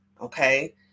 okay